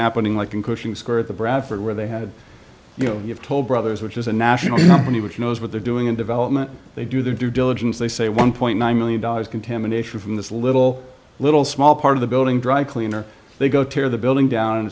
happening like in cushing square the bradford where they had you know you've told brothers which is a national company which knows what they're doing in development they do their due diligence they say one point nine million dollars contamination from this little little small part of the building dry cleaner they go tear the building down